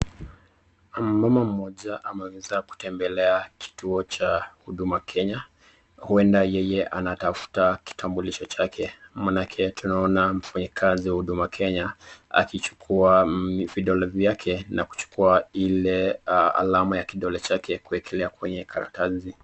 Mama mmoja ameweza kutembelea kituo cha huduma Kenya huenda yeye anatafuta kitambulisho chake maanake tunaona mfanyi kazi wa huduma Kenya akichukua vidole vyake na kuchukua ile alama ya kidole chake kuekelea kwenye karatasi.